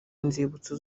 inzibutso